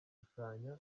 gushushanya